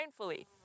mindfully